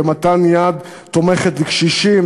במתן יד תומכת לקשישים,